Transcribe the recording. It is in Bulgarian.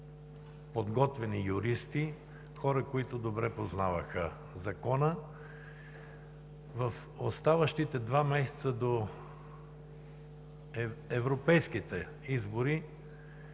подготвени юристи, хора, които добре познаваха закона. В оставащите два месеца до европейските избори